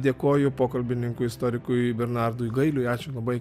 dėkoju pokalbininkui istorikui bernardui gailiui ačiū labai